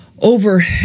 over